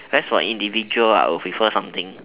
where as for individuals I will prefer something